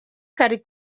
kari